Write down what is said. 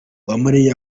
uwamariya